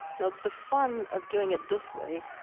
now the fun of doing it this way,